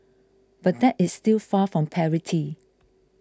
but that is still far from parity